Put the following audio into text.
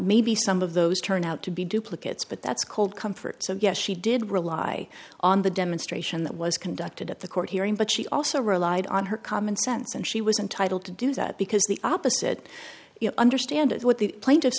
maybe some of those turn out to be duplicates but that's cold comfort so yes she did rely on the demonstration that was conducted at the court hearing but she also relied on her common sense and she was entitled to do that because the opposite understand what the pla